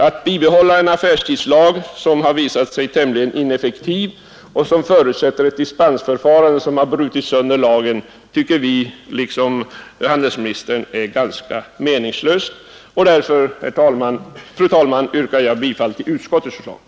Att bibehålla en affärstidslag som visat sig tämligen ineffektiv och som förutsätter ett dispensförfarande som brutit sönder lagen tycker vi i likhet med handelsministern är meningslöst. Därför, fru talman, yrkar jag bifall till utskottets hemställan.